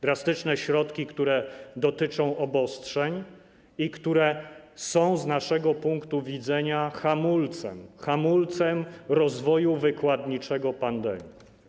Drastyczne środki, które dotyczą obostrzeń i które są z naszego punktu widzenia hamulcem rozwoju wykładniczego pandemii.